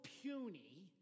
puny